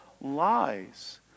lies